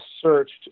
searched